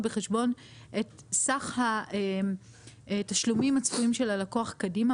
בחשבון את סך התשלומים הצפויים של הלקוח קדימה,